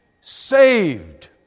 saved